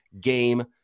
game